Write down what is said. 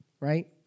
right